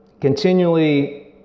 continually